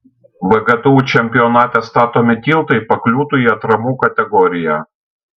vgtu čempionate statomi tiltai pakliūtų į atramų kategoriją